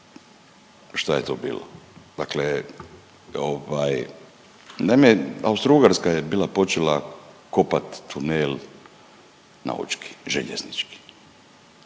Šta je to bilo? Dakle, naime Austro-ugarska je bila počela kopati tunel na Učki željeznički